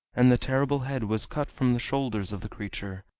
and the terrible head was cut from the shoulders of the creature,